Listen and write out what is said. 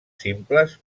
simples